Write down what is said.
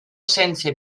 sense